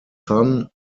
son